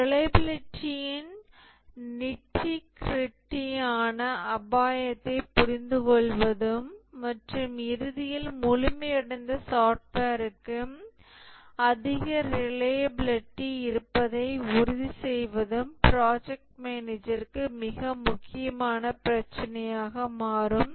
ரிலையபிலிடியின் நிட்டி க்ரிட்டியான அபாயத்தை புரிந்துகொள்வதும் மற்றும் இறுதியில் முழுமையடைந்த சாஃப்ட்வேர்க்கு அதிக ரிலையபிலிடி இருப்பதை உறுதி செய்வதும் ப்ராஜெக்ட் மேனேஜருக்கு மிக முக்கியமான பிரச்சினையாக மாறும்